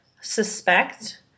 suspect